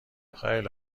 خیله